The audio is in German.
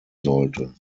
sollte